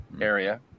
area